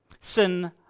Sin